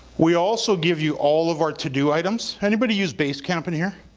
we also give you all of our to do items. anybody use basecamp in here?